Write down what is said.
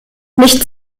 nicht